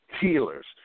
healers